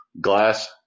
glass